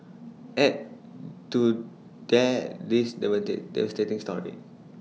add to that this the weather devastating story